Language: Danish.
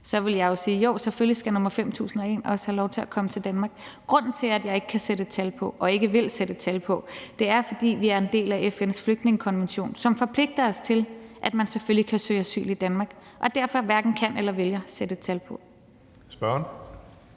Så ville jeg jo sige: Jo, selvfølgelig skal nr. 5.001 også have lov til at komme til Danmark. Grunden til, at jeg ikke kan sætte et tal på og ikke vil sætte et tal på, er, at vi er en del af FN's flygtningekonvention, som forpligter os til, at man selvfølgelig kan søge asyl i Danmark, og derfor hverken kan eller vil jeg sætte et tal på. Kl.